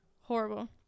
Horrible